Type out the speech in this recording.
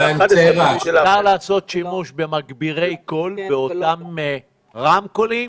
מה לעשות, שימוש במגבירי קול, באותם רמקולים